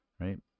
right